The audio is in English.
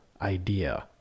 idea